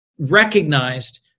recognized